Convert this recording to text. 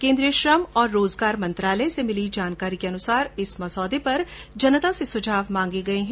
केन्द्रीय श्रम और रोजगार मंत्रालय से मिली जानकारी के अनुसार इस मसौदे पर जनता से सुझाव मांगे गये हैं